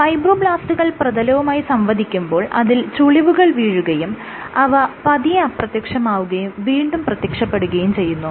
ഫൈബ്രോബ്ലാസ്റ്റുകൾ പ്രതലവുമായി സംവദിക്കുമ്പോൾ അതിൽ ചുളിവുകൾ വീഴുകയും അവ പതിയെ അപ്രത്യക്ഷമാവുകയും വീണ്ടും പ്രത്യക്ഷപെടുകയും ചെയ്യുന്നു